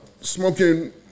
Smoking